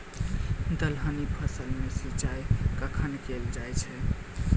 दलहनी फसल मे सिंचाई कखन कैल जाय छै?